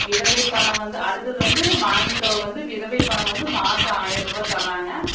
விதவை பணம் வந்து அடுத்தது வந்து மானிய தொகை வந்து விதவை பணம் வந்து மாதம் ஆயிர் ரூபா தராங்க